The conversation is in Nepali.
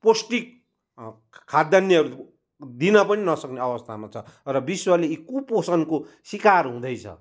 पौष्टिक खाद्यान्नहरू दिन पनि नसक्ने अवस्थामा छ र विश्व नै यी कुपोषणको सिकार हुँदैछ